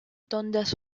dundas